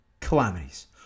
calamities